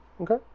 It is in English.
Okay